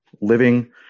living